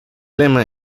lema